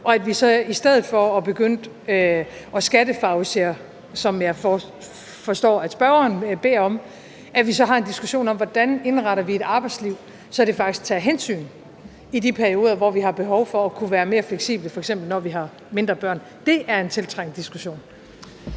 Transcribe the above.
at begynde at skattefavorisere, som jeg forstår spørgeren beder om, så har en diskussion om, hvordan vi indretter et arbejdsliv, så det faktisk tager hensyn i de perioder, hvor vi har behov for at kunne være mere fleksible, f.eks. når vi har mindre børn. Det er en tiltrængt diskussion.